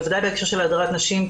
בוודאי בהקשר של הדרת נשים,